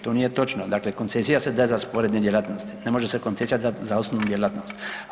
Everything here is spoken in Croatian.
To nije točno, dakle, koncesija se daje za sporedne djelatnosti, ne može se koncesija dati za osnovnu djelatnost.